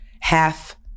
half